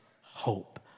hope